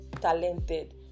talented